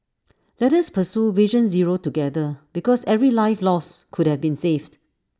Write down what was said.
let us pursue vision zero together because every life lost could have been saved